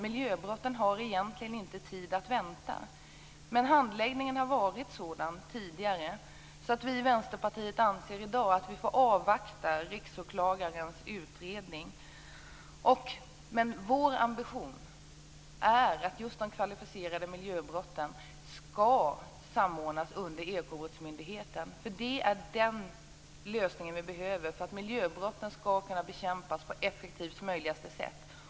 Miljöbrotten har egentligen inte tid att vänta, men handläggningen har tidigare varit sådan att vi i Vänsterpartiet i dag anser att vi får avvakta Riksåklagarens utredning. Vår ambition är att de kvalificerade miljöbrotten skall samordnas under Ekobrottsmyndigheten. Det är den lösning vi behöver för att miljöbrotten skall kunna bekämpas på effektivast möjliga sätt.